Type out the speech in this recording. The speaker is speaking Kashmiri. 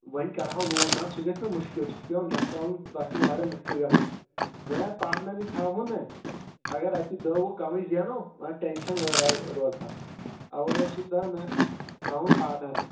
وۄنۍ کڑٕہاو لوٗن مگر سُہ گژھہِ نا مُشکِل سُہ چھ پیٚوان نکھہٕ والُن تَتھ چھ واریاہ مُشکل گژھان وۄنۍ اگر پاٹنرٕے تھاوہون نہ اگر رۄپیہِ دہ وُہ کمٕے زینو مگر ٹٮ۪نشن ورأے روزٕ ہاو اوے اوسُس دپان وۄنۍ تھاوہون پاٹنرٕے